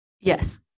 yes